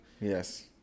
yes